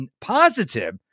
positive